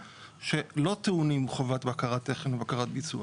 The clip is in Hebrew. שלא טעונים חובת בקרת תכן ובקרת ביצוע